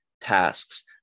tasks